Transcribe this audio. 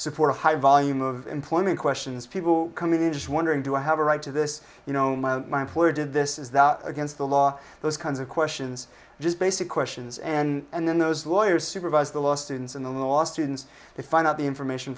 support a high volume of employment questions people coming in just wondering do i have a right to this you know my employer did this is that against the law those kinds of questions just basic questions and then those lawyers supervise the last ins and the law students they find out the information